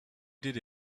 did